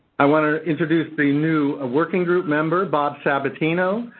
i want to introduce the new working group member, bob sabatino.